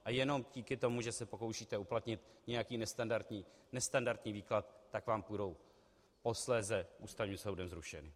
A jenom díky tomu, že se pokoušíte uplatnit nějaký nestandardní výklad, tak vám budou posléze Ústavním soudem zrušeny.